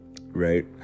Right